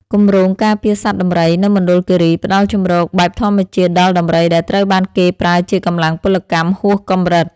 គម្រោងការពារសត្វដំរី នៅមណ្ឌលគិរី ផ្ដល់ជម្រកបែបធម្មជាតិដល់ដំរីដែលត្រូវបានគេប្រើជាកម្លាំងពលកម្មហួសកម្រិត។